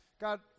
God